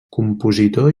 compositor